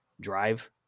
drive